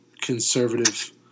conservative